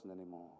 anymore